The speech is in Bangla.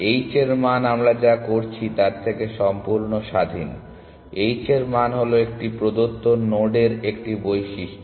H এর মান আমরা যা করছি তার থেকে সম্পূর্ণ স্বাধীন H এর মান হল একটি প্রদত্ত নোডের একটি বৈশিষ্ট্য